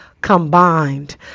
combined